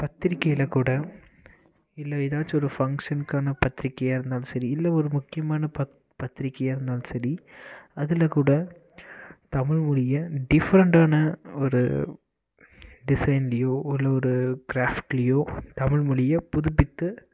பத்திரிக்கையில் கூட இல்லை ஏதாச்சும் ஒரு ஃபங்ஷனுக்கான பத்திரிக்கையாக இருந்தாலும் சரி இல்லை ஒரு முக்கியமான பத்திரிக்கையாக இருந்தாலும் சரி அதில் கூட தமிழ்மொழியை டிஃப்ரண்டான ஒரு டிசைன்லேயோ இல்லை ஒரு கிராஃப்ட்லேயோ தமிழ்மொழியை புதுப்பித்து